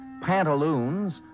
pantaloons